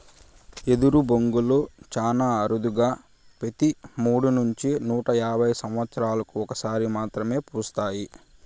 ఎదరు బొంగులు చానా అరుదుగా పెతి మూడు నుంచి నూట యాభై సమత్సరాలకు ఒక సారి మాత్రమే పూస్తాయి